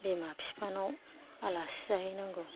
बिमा बिफानाव आलासि जाहैनांगौ